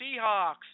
Seahawks